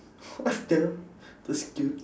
what the that's cute